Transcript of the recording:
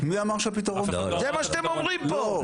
זה מה שאתם אומרים פה,